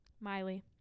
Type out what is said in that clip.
miley